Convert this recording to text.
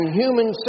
human